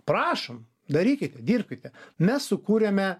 prašom darykit dirbkit mes sukūrėme